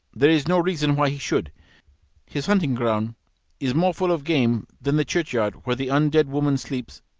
there is no reason why he should his hunting ground is more full of game than the churchyard where the un-dead woman sleep,